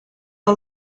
all